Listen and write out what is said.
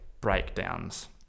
breakdowns